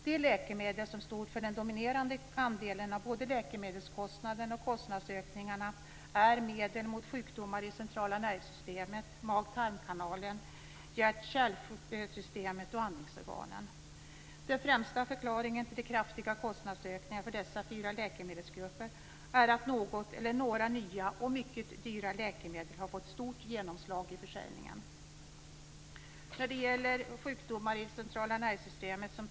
De läkemedel som stod för den dominerande andelen av både läkemedelskostnaderna och kostnadsökningarna är medel mot sjukdomar i centrala nervsystemet, mag-tarmkanalen, hjärt-kärlsystemet och andningsorganen. Den främsta förklaringen till de kraftiga kostnadsökningarna för dessa fyra läkemedelsgrupper är att något eller några nya och mycket dyra läkemedel har fått stort genomslag i försäljningen.